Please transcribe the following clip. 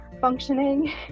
functioning